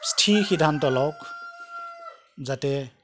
স্থিৰ সিদ্ধান্ত লওক যাতে